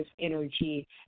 energy